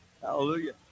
Hallelujah